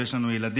ויש לנו ילדים,